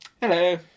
Hello